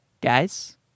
guys